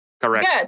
Correct